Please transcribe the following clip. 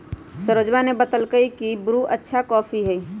सरोजवा ने बतल कई की ब्रू अच्छा कॉफी होबा हई